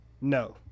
No